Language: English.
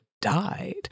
died